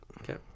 Okay